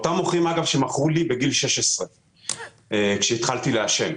אגב, אותם מוכרים שמכרו לי בגיל 16 כהתחלתי לעשן.